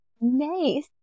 Nice